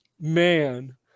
man